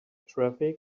traffic